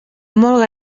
molt